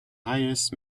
highest